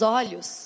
olhos